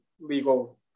legal